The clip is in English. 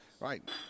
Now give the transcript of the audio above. Right